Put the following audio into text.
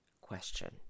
question